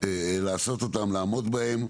לעשות אותם ולעמוד בהם.